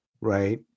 Right